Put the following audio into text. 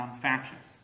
factions